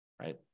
right